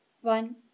One